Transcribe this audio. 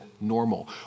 normal